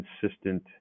consistent